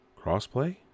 Crossplay